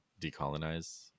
decolonize